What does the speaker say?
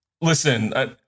Listen